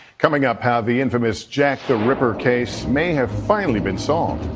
coming up, how the infamous jack the ripper case may have finally been solved.